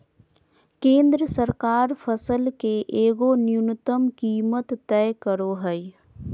केंद्र सरकार फसल के एगो न्यूनतम कीमत तय करो हइ